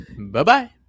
Bye-bye